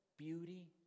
beauty